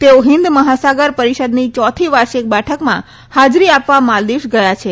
તેઓ હિંદ મહાસાગર પરિષદની ચોથી વાર્ષિક બેઠકમાં હાજરી આપવા માલ્દીવ્સ ગયા છે